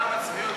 כמה צביעות.